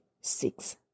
six